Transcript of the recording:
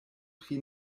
pri